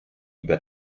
über